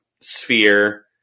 sphere